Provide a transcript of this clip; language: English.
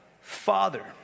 Father